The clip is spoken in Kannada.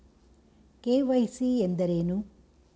ಕೆ.ವೈ.ಸಿ ಎಂದರೇನು?